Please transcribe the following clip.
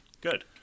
good